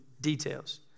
details